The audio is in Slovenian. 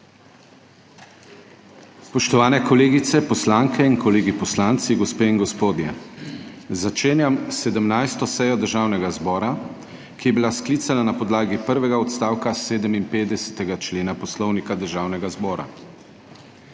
Spoštovani kolegice poslanke in kolegi poslanci, gospe in gospodje! Začenjam 17. sejo Državnega zbora, ki je bila sklicana na podlagi prvega odstavka 57. člena Poslovnika Državnega zbora.